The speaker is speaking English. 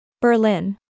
Berlin